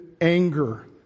anger